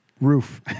Roof